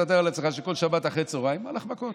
תתאר לעצמך שכל שבת אחרי הצוהריים הלכו מכות.